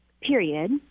period